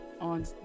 on